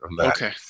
Okay